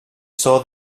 saw